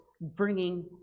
bringing